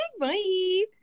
Bye